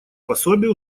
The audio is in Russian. пособия